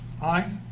Aye